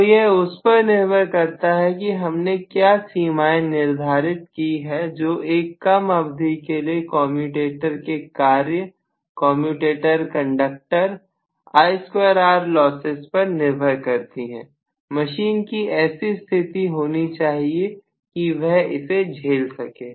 तो यह उस पर निर्भर करता है कि हमने क्या सीमाएं निर्धारित की है जो एक कम अवधि के लिए कमयुटेटर के कार्य कमयुटेटर कंडक्टर I2R लॉसेस पर निर्भर करती है मशीन की ऐसी स्थिति होनी चाहिए कि वह इसे झेल सके